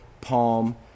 Palm